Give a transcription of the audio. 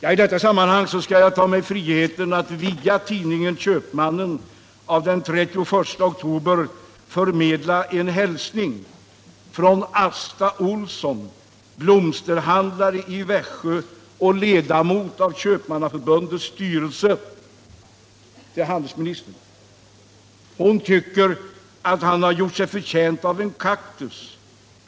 I detta sammanhang skall jag även ta mig friheten att via tidningen Köpmannen av den 31 oktober förmedla en hälsning till handelsministern från Asta Olsson, blomsterhandlare i Växjö och ledamot av Köpmannaförbundets styrelse. Hon tycker att handelsministern har gjort sig förtjänt av en kaktus.